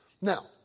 Now